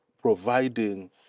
providing